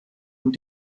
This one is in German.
und